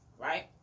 right